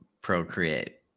procreate